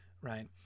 Right